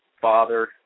father